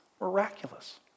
miraculous